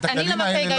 אני מבין את ההיגיון,